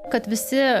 kad visi